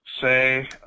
say